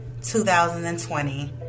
2020